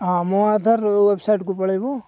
ହଁ ମୋ ଆଧର ୱେବସାଇଟକୁ ପଳେଇବୁ